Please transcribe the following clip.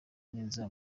neza